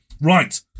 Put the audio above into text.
Right